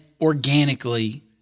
organically